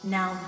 Now